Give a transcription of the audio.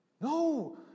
No